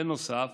בנוסף,